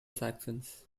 saxons